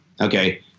okay